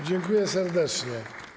Dziękuję serdecznie.